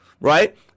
right